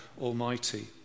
Almighty